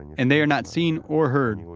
and they are not seen or heard, you know